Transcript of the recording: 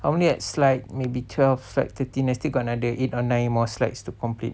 I'm only at slide may be twelve slide thirteen I still got another eight or nine more slides to complete